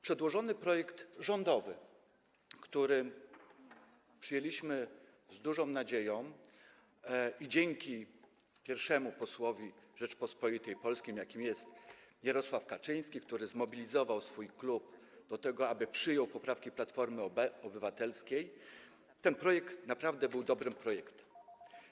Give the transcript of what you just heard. Przedłożony projekt rządowy, który przyjęliśmy z dużą nadzieją i dzięki pierwszemu posłowi Rzeczypospolitej Polskiej, jakim jest Jarosław Kaczyński, który zmobilizował swój klub do tego, aby przyjął poprawki Platformy Obywatelskiej, był naprawdę dobrym projektem.